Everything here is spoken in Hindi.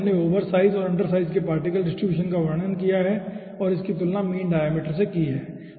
तो इसमें हमने ओवरसाइज और अंडरसाइज के पार्टिकल डिस्ट्रीब्यूशन का वर्णन किया है और इसकी तुलना मीन डायमीटर से की है